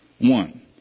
One